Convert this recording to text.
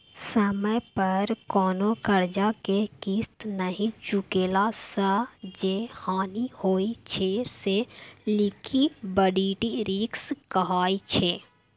समय पर कोनो करजा केँ किस्त नहि चुकेला सँ जे हानि होइ छै से लिक्विडिटी रिस्क कहाइ छै